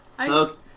Okay